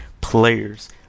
players